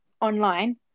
online